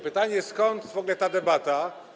Pytanie, skąd w ogóle ta debata.